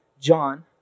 John